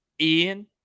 Ian